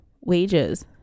wages